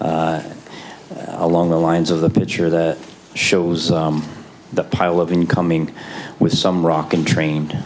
along the lines of the picture that shows the pile of incoming with some rock and trained